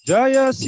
Jaya